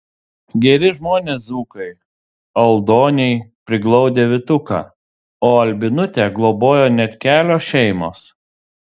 geri žmonės dzūkai aldoniai priglaudė vytuką o albinutę globojo net kelios šeimos